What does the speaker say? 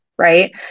Right